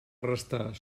restar